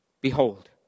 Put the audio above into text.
Behold